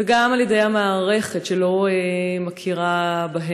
וגם על ידי המערכת, שלא מכירה בהן.